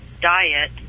diet